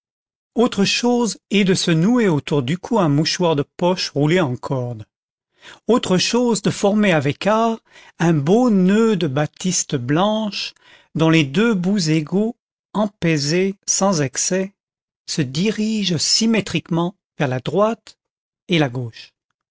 autre chose est de se nouer autour du cou un mouchoir de poche roulé en corde autre chose de former avec art un beau nœud de batiste blanche dont les deux bouts égaux empesés sans excès se dirigent symétriquement vers la droite et la gauche